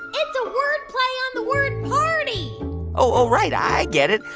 it's a wordplay on the word party oh, right. i get it.